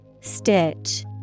Stitch